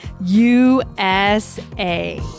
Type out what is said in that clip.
USA